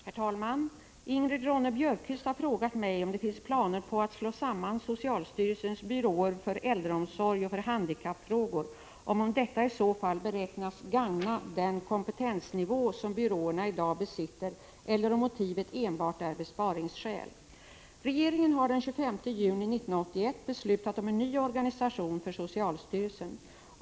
Herr talman! Ingrid Ronne-Björkqvist har frågat mig om det finns planer kappfrågor på att slå samman socialstyrelsens byråer för äldreomsorg och för handikapp frågor och om detta i så fall beräknas gagna den kompetensnivå som byråerna i dag besitter eller om motivet enbart är besparingar. Regeringen har den 25 juni 1981 beslutat om en ny organisation för socialstyrelsen.